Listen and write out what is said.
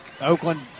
Oakland